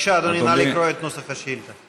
בבקשה, אדוני, נא לקרוא את נוסח השאילתה.